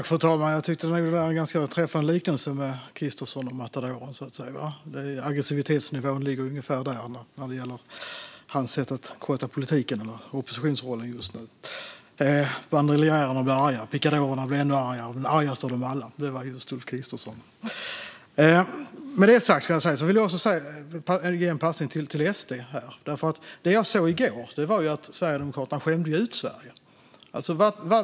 Fru talman! Jag tycker att Kristersson och matadoren var en ganska träffande liknelse. Aggressivitetsnivån ligger ungefär där när det gäller hans sätt att sköta politiken och oppositionsrollen just nu. Banderiljärerna blev arga, picadorerna blev ännu argare, men argast av dem alla var just Ulf Kristersson. Med detta sagt vill jag ge en passning till SD här. Det jag såg i går var att Sverigedemokraterna skämde ut Sverige.